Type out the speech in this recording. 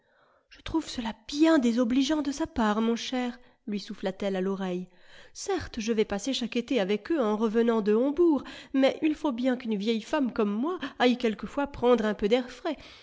je trouve cela bien désobligeant de sa part mon cher lui souffla t elle à l'oreille certes je vais passer chaque été avec eux en revenant de hombourg mais il faut bien qu'une vieille femme comme moi aille quelquefois prendre un peu d'air frais